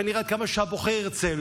כנראה עד כמה שהבוחר ירצה,